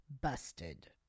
busted